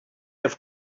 have